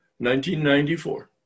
1994